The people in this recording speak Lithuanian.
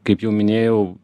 kaip jau minėjau